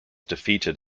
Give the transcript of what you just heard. defeated